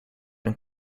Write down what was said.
een